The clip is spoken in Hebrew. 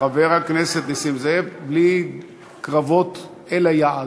חבר הכנסת נסים זאב, בלי קרבות אל היעד.